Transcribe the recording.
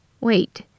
Wait